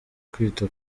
kwita